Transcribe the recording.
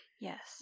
yes